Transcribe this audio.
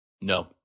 No